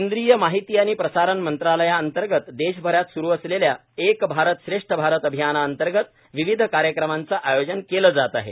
केंद्रीय माहिती आणि प्रसारण मंत्रालया अंतर्गत देशभरात सुरू असलेल्या एक भारत श्रेष्ठ भारत अभियानाअंतर्गत विविध कार्यक्रमाचं आयोजन केलं जात आहे